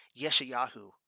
Yeshayahu